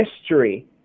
history